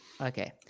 Okay